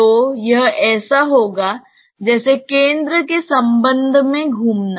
तो यह ऐसा होगा जैसे केंद्र के संबंध में घूमना